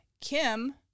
Kim